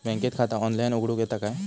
बँकेत खाता ऑनलाइन उघडूक येता काय?